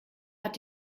hat